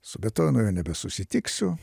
su betovenu jau nebesusitiksiu